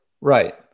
Right